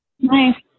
Nice